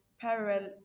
parallel